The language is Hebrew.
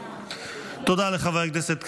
תודה לחבר הכנסת כץ.